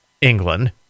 England